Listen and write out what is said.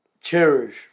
cherish